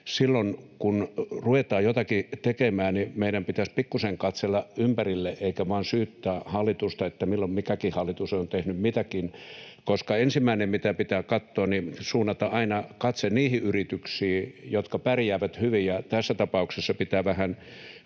Silloin kun ruvetaan jotakin tekemään, meidän pitäisi pikkusen katsella ympärille eikä vain syyttää, milloin mikäkin hallitus on tehnyt mitäkin, ja ensimmäinen, mihin pitää suunnata aina katse, on ne yritykset, jotka pärjäävät hyvin. Tässä tapauksessa pitää vähän